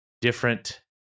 different